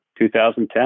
2010